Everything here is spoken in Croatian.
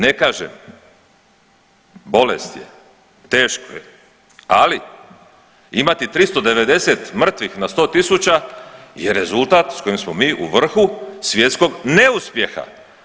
Ne kažem bolest je, teško je, ali imati 390 mrtvih na 100.000 je rezultat s kojim smo mi u vrhu svjetskog neuspjeha.